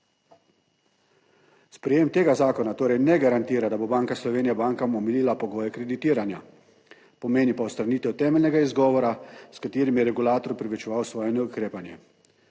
Sprejem tega zakona torej ne garantira, da bo Banka Slovenije bankam omilila pogoje kreditiranja, pomeni pa odstranitev temeljnega izgovora s katerim je regulator opravičeval svoje neukrepanje.